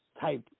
type